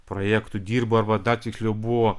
projektų dirbo arba dar tiksliau buvo